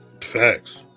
Facts